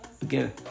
again